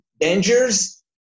dangers